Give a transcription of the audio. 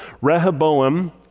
Rehoboam